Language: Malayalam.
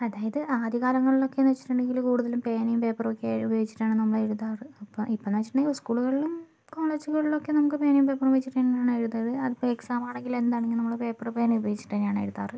അതായത് ആദ്യ കാലങ്ങളിലൊക്കെയെന്ന് വച്ചിട്ടുണ്ടെങ്കിൽ കൂടുതലും പേനയും പേപ്പറുമൊക്കെ ഉപയോഗിച്ചിട്ടാണ് നമ്മൾ എഴുതാറ് അപ്പം ഇപ്പം എന്നു വച്ചിട്ടുണ്ടെങ്കിൽ സ്കൂളുകളിലും കോളേജുകളിലൊക്കെ നമുക്ക് പേനയും പേപ്പറും വച്ചിട്ട് തന്നെയാണ് എഴുതാറ് അത് ഇപ്പം എക്സാം ആണെങ്കിലും എന്ത് ആണെങ്കിലും നമ്മൾ പേപ്പറും പേനയും ഉപയോഗിച്ചിട്ട് തന്നെ ആണ് എഴുതാറ്